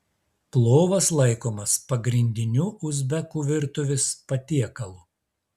plovas laikomas pagrindiniu uzbekų virtuvės patiekalu